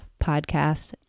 Podcast